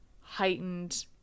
heightened